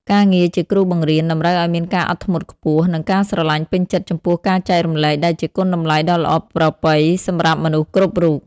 ការងារជាគ្រូបង្រៀនតម្រូវឱ្យមានការអត់ធ្មត់ខ្ពស់ និងការស្រឡាញ់ពេញចិត្តចំពោះការចែករំលែក ដែលជាគុណតម្លៃដ៏ល្អប្រពៃសម្រាប់មនុស្សគ្រប់រូប។